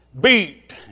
beat